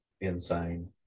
insane